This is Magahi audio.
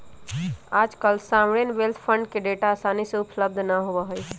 आजकल सॉवरेन वेल्थ फंड के डेटा आसानी से उपलब्ध ना होबा हई